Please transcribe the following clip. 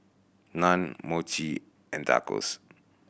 Naan Mochi and Tacos